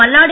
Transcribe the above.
Malladi